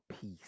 peace